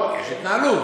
לא, כשיש התנהלות.